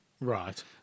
right